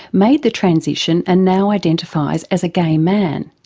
made the transition and now identifies as a gay man.